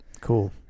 Cool